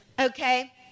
Okay